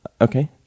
Okay